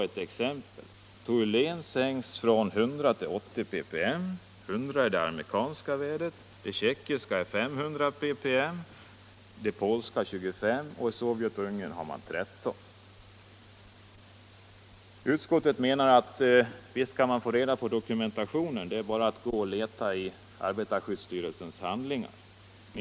Ett exempel: Toulen sänks från 100 till 80 ppm. 100 är det amerikanska värdet, det tjeckiska är 500 ppm, det polska 25 och i Sovjet och Ungern har man 13. Utskottet menar att visst kan man få reda på dokumentationen — det är bara att gå och leta i arbetarskyddsstyrelsens handlingar.